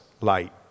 light